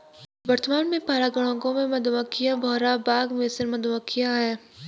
वर्तमान में परागणकों में मधुमक्खियां, भौरा, बाग मेसन मधुमक्खियाँ है